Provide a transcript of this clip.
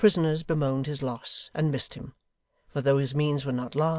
the prisoners bemoaned his loss, and missed him for though his means were not large,